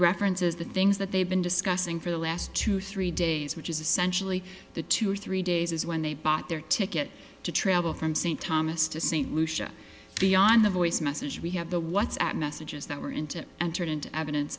references the things that they've been discussing for the last two three days which is essentially the two or three days as when they bought their ticket to travel from st thomas to st lucia beyond the voice message we have the what's at messages that were into entered into evidence